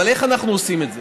אבל איך אנחנו עושים את זה?